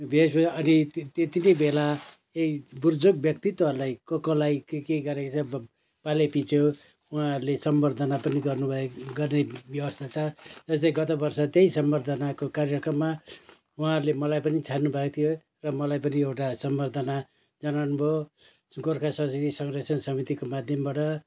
वेषभूषा अनि त्यति नै बेला ए बुर्जुक ब्यक्तित्वहरूलाई को कसलाई के के गरेको छ पालैपिच्छे उहाँहरूले सम्बर्द्धना पनि गर्नु भएको गर्ने व्यवस्था छ जस्तै गत बर्ष त्यही सम्बर्द्धनाको कार्यक्रममा उहाँहरूले मलाई पनि छान्नुभएको थियो र मलाई पनि एउटा सम्बर्द्धना जनाउनु भयो गोर्खा संस्कृति संरक्षण समितिको माध्यमबाट